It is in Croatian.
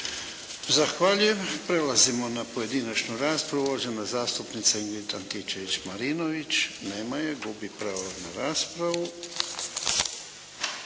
Ivan (HDZ)** Prelazimo na pojedinačnu raspravu. Uvažena zastupnica Ingrid Antičević-Marinović. Nema je, gubi pravo na raspravu.